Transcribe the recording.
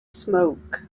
smoke